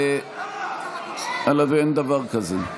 קריאה: אין דבר כזה.